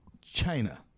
China